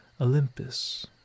Olympus